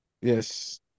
yes